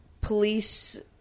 police